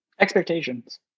Expectations